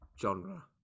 genre